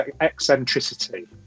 eccentricity